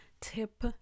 tip